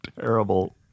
terrible